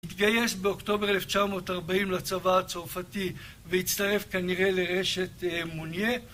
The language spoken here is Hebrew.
התגייס באוקטובר 1940 לצבא הצרפתי והצטרף כנראה לרשת מוניאל